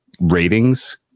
ratings